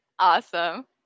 Awesome